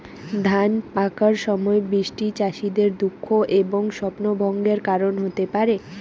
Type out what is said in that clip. ধান পাকার সময় বৃষ্টি চাষীদের দুঃখ এবং স্বপ্নভঙ্গের কারণ হতে পারে